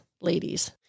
ladies